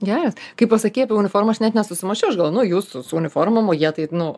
ne kai pasakei apie uniformą aš net nesusimąsčiau aš galvojau na jūs su uniforma jie taip nu